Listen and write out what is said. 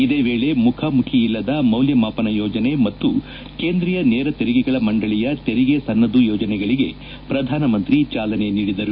ಇದೇ ವೇಳೆ ಮುಖಾಮುಖಿ ಇಲ್ಲದ ಮೌಲ್ಲಮಾಪನ ಯೋಜನೆ ಮತ್ತು ಕೇಂದ್ರೀಯ ನೇರತೆರಿಗೆಗಳ ಮಂಡಳಿಯ ತೆರಿಗೆ ಸನ್ನದು ಯೋಜನೆಗಳಿಗೆ ಪ್ರಧಾನಮಂತ್ರಿ ಚಾಲನೆ ನೀಡಿದರು